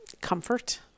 comfort